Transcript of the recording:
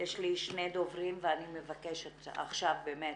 יש לי שני דוברים ואני מבקשת עכשיו באמת